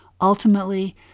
ultimately